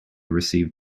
received